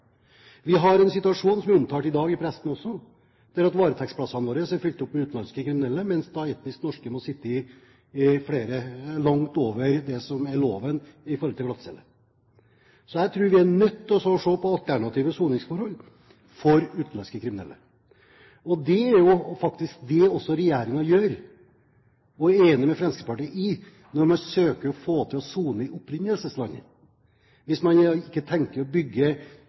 Vi har en situasjon – som også er omtalt i pressen i dag – der varetektsplassene våre er fylt opp med utenlandske kriminelle, mens etnisk norske må sitte på glattcelle langt lenger enn det loven sier. Så jeg tror vi er nødt til å se på alternative soningsforhold for utenlandske kriminelle. Det er jo faktisk også det regjeringen gjør, og er enig med Fremskrittspartiet i, når man søker å få til soning i opprinnelseslandet – hvis man da ikke tenker å bygge